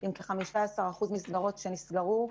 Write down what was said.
עם כ-15% מסגרות שנסגרו,